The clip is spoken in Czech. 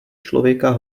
člověka